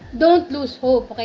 don't lose hope.